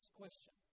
question